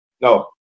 No